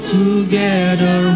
together